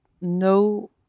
no